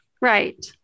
Right